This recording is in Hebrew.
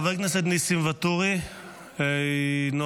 חבר הכנסת ניסים ואטורי, אינו